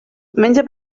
menja